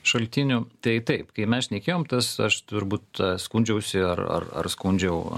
šaltinių tai taip kai mes šnekėjom tas aš turbūt skundžiausi ar ar ar skundžiau